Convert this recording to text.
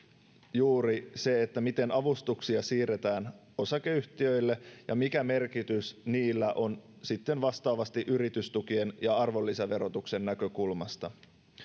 juuri se miten avustuksia siirretään osakeyhtiöille ja mikä merkitys niillä on sitten vastaavasti yritystukien ja arvonlisäverotuksen näkökulmasta